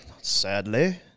Sadly